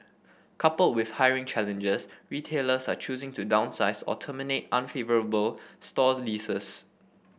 coupled with hiring challenges retailers are choosing to downsize or terminate unfavourable store leases